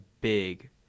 big